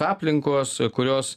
aplinkos kurios